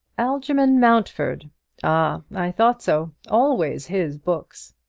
algerman mountfort. ah, i thought so. always his books.